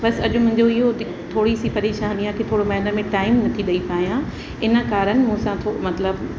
बसि अॼु मुंहिंजो इहो दि थोरी सी परेशानी आहे की थोरो मां इन में टाइम न थी ॾई पायां इन कारण मूं सां थो मतिलब